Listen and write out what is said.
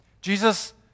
Jesus